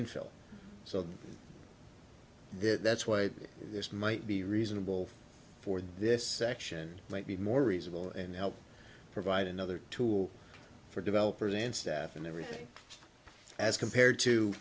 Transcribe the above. feel so good that's why this might be reasonable for this section might be more reasonable and help provide another tool for developers and staff and everything as compared to